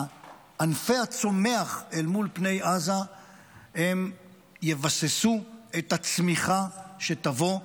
ענפי הצומח אל מול פני עזה הם יבססו את הצמיחה שתבוא.